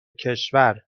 کشور